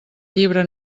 llibre